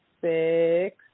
six